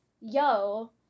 yo